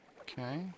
Okay